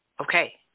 okay